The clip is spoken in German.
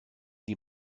die